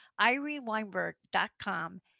ireneweinberg.com